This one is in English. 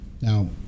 Now